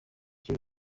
kera